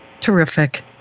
Terrific